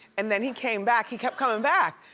and then he came back, he kept comin' back.